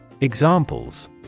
Examples